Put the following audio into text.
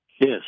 Yes